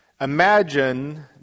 Imagine